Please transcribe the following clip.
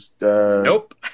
nope